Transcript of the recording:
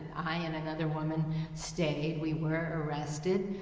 i and another woman stayed. we were arrested.